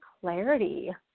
clarity